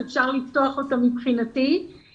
מבחינתי אתם יכולים לפתוח אותה.